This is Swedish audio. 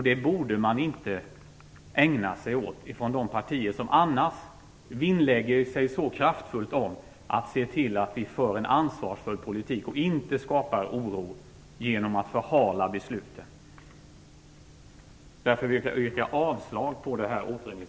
Det borde man inte ägna sig åt inom de partier som annars så kraftfullt vill vinnlägga sig om att föra en ansvarsfull politik som inte skapar oro genom att förhala besluten. Därför yrkar jag avslag på återremissyrkandet.